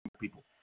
people